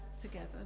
together